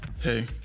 Hey